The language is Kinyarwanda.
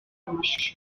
amashusho